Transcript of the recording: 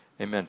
amen